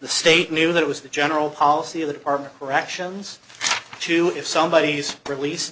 the state knew that it was the general policy of the department of corrections to if somebody use release